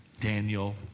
Daniel